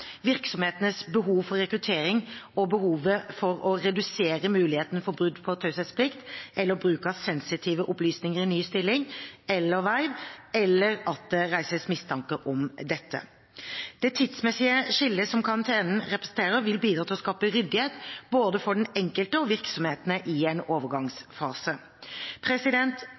virksomhetenes behov for rekruttering og behovet for å redusere muligheten for brudd på taushetsplikt eller bruk av sensitive opplysninger i ny stilling eller verv, eller at det reises mistanke om dette. Det tidsmessige skillet som karantenen representerer, vil bidra til å skape ryddighet for både den enkelte og virksomhetene i en overgangsfase.